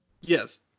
Yes